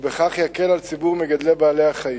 ובכך יקל על ציבור מגדלי בעלי-החיים.